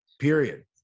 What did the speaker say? Period